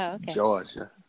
Georgia